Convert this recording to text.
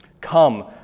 Come